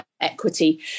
equity